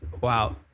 Wow